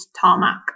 tarmac